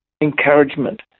encouragement